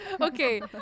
Okay